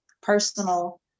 personal